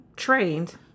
trained